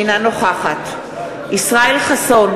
אינה נוכחת ישראל חסון,